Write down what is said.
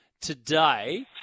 today